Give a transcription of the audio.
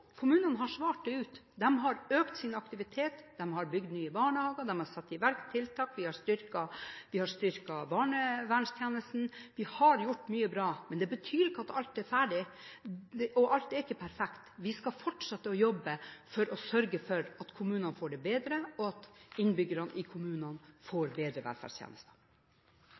kommunene har svart. De har økt sin aktivitet. De har bygd nye barnehager. De har satt i verk tiltak. Vi har styrket barnevernstjenesten – vi har gjort mye bra – men det betyr ikke at alt er ferdig. Alt er ikke perfekt. Vi skal fortsette å jobbe for å sørge for at kommunene får det bedre, og at innbyggerne i kommunene får bedre velferdstjenester.